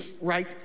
right